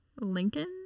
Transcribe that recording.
Lincoln